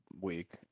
week